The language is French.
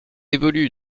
évolue